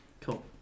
Cool